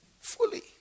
Fully